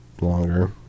longer